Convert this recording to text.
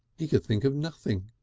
he could think of nothing.